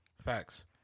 Facts